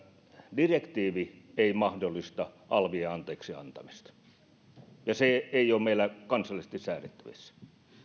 direktiivi ei mahdollista alvien anteeksiantamista eli se ei ole meillä kansallisesti säädettävissä